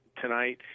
tonight